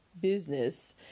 business